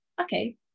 okay